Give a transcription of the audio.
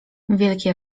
wielkie